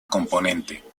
componente